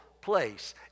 place